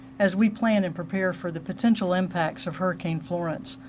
as we plan and prepare for the potential impacts of hurricanes lawrence,